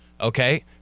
Okay